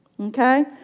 Okay